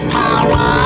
power